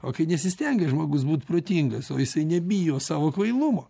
o kai nesistengia žmogus būt protingas o visai nebijo savo kvailumo